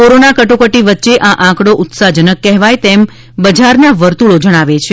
corona કટોકટી વચ્ચે આ આંકડો ઉત્સાહજનક કહેવાય તેમ બજારના વર્તુળો જણાવે છે